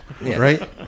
right